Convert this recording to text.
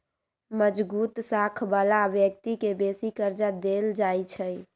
मजगुत साख बला व्यक्ति के बेशी कर्जा देल जाइ छइ